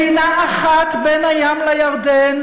מדינה אחת בין הים לירדן,